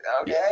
Okay